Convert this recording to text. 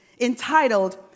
entitled